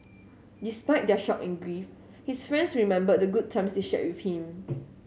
despite their shock and grief his friends remembered the good times they shared with him